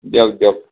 দিয়ক দিয়ক